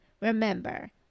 remember